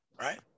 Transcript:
right